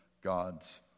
God's